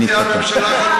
לא, היא מציעה ממשלה חלופית.